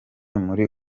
muri